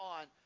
on